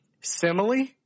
simile